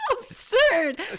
absurd